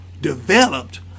developed